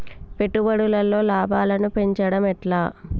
పెట్టుబడులలో లాభాలను పెంచడం ఎట్లా?